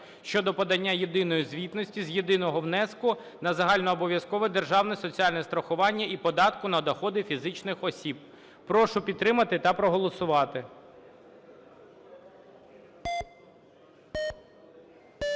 щодо подання єдиної звітності з єдиного внеску на загальнообов'язкове державне соціальне страхування і податку на доходи фізичних осіб. Прошу підтримати та проголосувати.